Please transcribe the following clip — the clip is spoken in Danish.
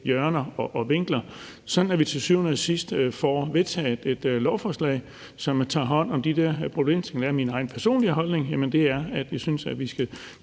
hjørner og vinkler, sådan at vi til syvende og sidst får vedtaget et lovforslag, som tager hånd om de der problemstillinger. Hvad er min egen personlige holdning? Jamen det er, at jeg synes, at vi skal